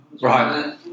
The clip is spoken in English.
Right